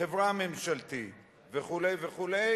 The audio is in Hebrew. חברה ממשלתית וכו' וכו',